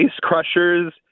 crushers